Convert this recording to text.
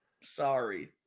Sorry